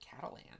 Catalan